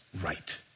right